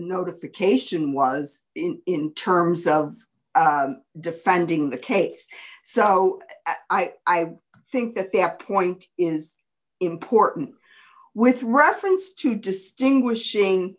notification was in in terms of defending the case so i think at that point is important with reference to distinguishing